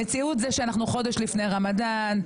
המציאות היא שאנחנו חודש לפני רמדאן,